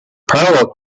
parallel